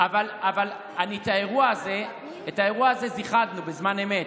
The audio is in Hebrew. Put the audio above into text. אבל את האירוע הזה זיכ"דנו בזמן אמת,